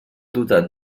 dotat